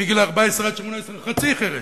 מגיל 14 עד 18, חצי חירש.